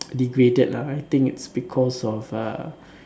degraded lah I think it's because of uh